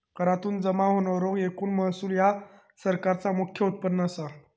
करातुन जमा होणारो एकूण महसूल ह्या सरकारचा मुख्य उत्पन्न असा